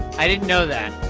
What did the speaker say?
i didn't know that